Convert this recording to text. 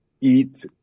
eat